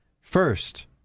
first